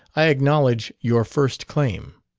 i acknowledge your first claim.